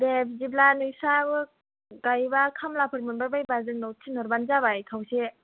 दे बिदिब्ला नोंसोरहाबो गायोबा खामलाफोर मोनबाय बायोबा जोंनाव थिनहरबानो जाबाय खावसे